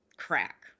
crack